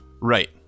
Right